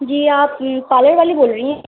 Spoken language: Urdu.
جی آپ پارلر والی بول رہی ہیں